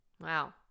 Wow